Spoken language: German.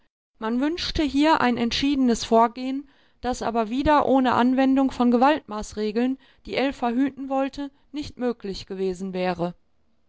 man wünschte hier ein entschiedenes vorgehen das aber wieder ohne anwendung von gewaltmaßregeln die ell verhüten wollte nicht möglich gewesen wäre